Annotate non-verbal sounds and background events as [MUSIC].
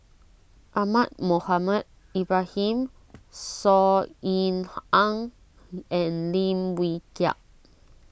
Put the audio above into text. Ahmad Mohamed Ibrahim Saw Ean [NOISE] Ang and Lim Wee Kiak